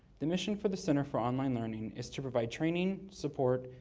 the mission for the center for online learning is to provide training, support,